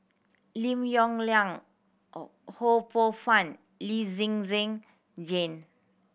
Lim Yong Liang Ho Poh Fun Lee Zhen Zhen Jane